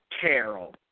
Carol